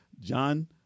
John